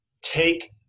take